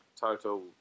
total